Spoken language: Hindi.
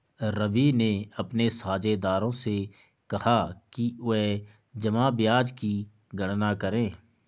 रवि ने अपने साझेदारों से कहा कि वे जमा ब्याज की गणना करें